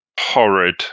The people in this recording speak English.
horrid